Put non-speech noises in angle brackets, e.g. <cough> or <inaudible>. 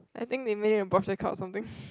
I think they make it a birthday card or something <breath>